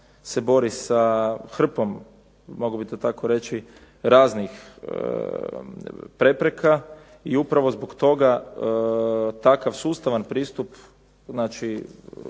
se bori sa hrpom, mogao bih to tako reći, raznih prepreka i upravo zbog toga takav sustavan pristup